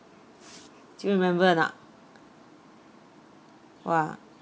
do you remember or not !wah!